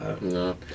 No